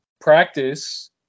practice